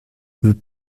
veut